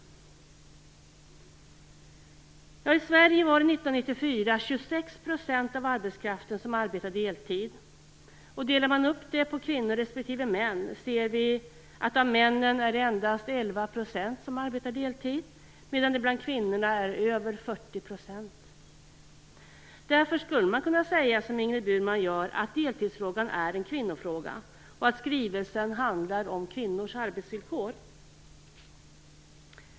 Här i Sverige var det 26 % år 1994 av arbetskraften som arbetade deltid. Delar man upp det på kvinnor respektive män ser vi att det av männen endast är 11 % som arbetar deltid, medan det bland kvinnorna är över 40 %. Därför skulle man kunna säga, som Ingrid Burman gör, att deltidsfrågan är en kvinnofråga och att skrivelsen handlar om kvinnors arbetsvillkor.